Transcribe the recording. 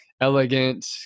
elegant